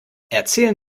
erzählen